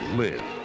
live